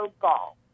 golf